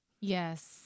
Yes